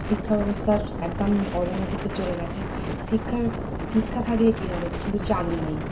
শিক্ষা ব্যবস্থার একদম অবনতিতে চলে গিয়েছে শিক্ষার শিক্ষা থাকলে কী হবে কিন্তু চাকরি নেই